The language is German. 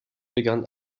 begann